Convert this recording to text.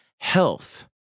Health